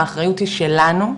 האחריות היא שלנו,